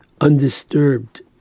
undisturbed